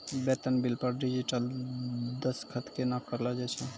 बेतन बिल पर डिजिटल दसखत केना करलो जाय छै?